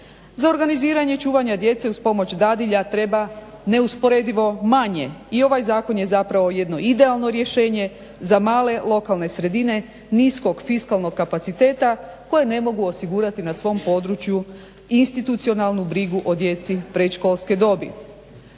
za organiziranje čuvanja djece uz pomoć dadilja treba neusporedivo manje. I ovaj zakon je jedno idealno rješenje za male lokalne sredine niskog fiskalnog kapaciteta koji ne mogu osigurati na svom području i institucionalnu brigu o djeci predškolske dobi.